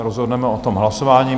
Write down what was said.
Rozhodneme o tom hlasováním.